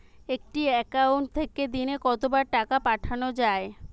একটি একাউন্ট থেকে দিনে কতবার টাকা পাঠানো য়ায়?